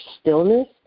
stillness